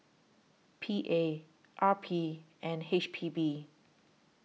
P A R P and H P B